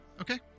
Okay